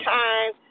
time